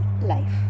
life